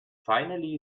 finally